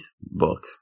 book